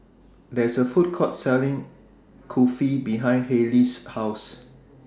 There IS A Food Court Selling Kulfi behind Hayley's House